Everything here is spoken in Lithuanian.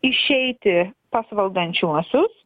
išeiti pas valdančiuosius